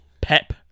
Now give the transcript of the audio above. Pep